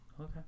Okay